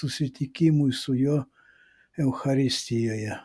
susitikimui su juo eucharistijoje